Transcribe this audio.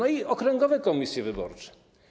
Okręgowe komisje wyborcze.